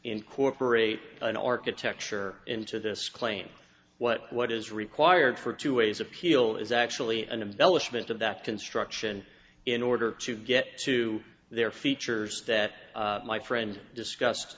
incorporate an architecture into this claim what what is required for two ways of peel is actually an embellishment of that construction in order to get to their features that my friend discus